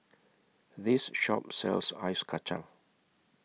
This Shop sells Ice Kacang